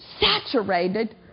saturated